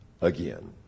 again